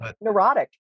neurotic